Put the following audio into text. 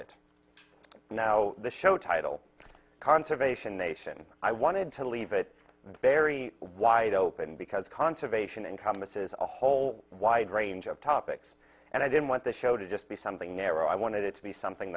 it now the show title conservation nation i wanted to leave it very wide open because conservation encompasses a whole wide range of topics and i didn't want the show to just be something narrow i wanted it to be something